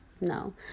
no